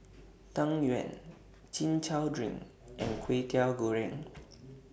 Tang Yuen Chin Chow Drink and Kway Teow Goreng